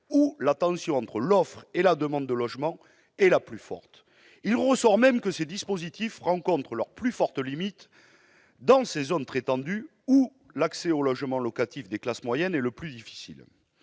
où la tension entre l'offre et la demande de logements est la plus forte. Il apparaît même que ces dispositifs rencontrent leur plus forte limite dans ces zones très tendues, où l'accès au logement locatif des classes moyennes est le plus difficile.